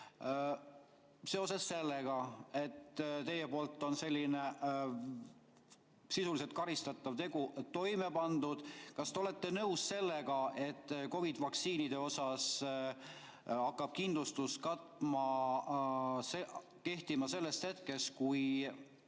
Seoses sellega, et teie poolt on selline sisuliselt karistatav tegu toime pandud, kas te olete nõus sellega, et COVID‑vaktsiinide puhul hakkab kindlustus kehtima sellest hetkest, kui